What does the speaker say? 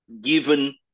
given